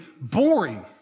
boring